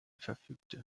verfügte